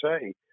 say